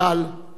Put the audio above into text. הנכדות,